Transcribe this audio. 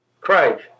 Craig